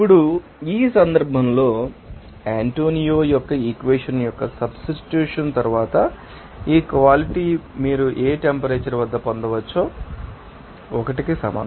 ఇప్పుడు ఈ సందర్భంలో ఆంటోనియో యొక్క ఈక్వెషన్ యొక్క సబ్స్టిట్యూషన్ తరువాత ఈ ఈక్వాలిటీ మీరు ఏ టెంపరేచర్ వద్ద పొందవచ్చో 1 కి సమానం